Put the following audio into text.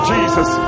Jesus